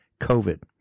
COVID